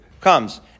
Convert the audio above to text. comes